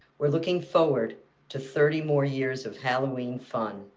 we're looking forward to thirty more years of halloween fun.